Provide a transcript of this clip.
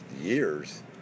years